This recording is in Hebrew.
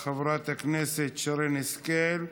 חברת הכנסת שרן השכל,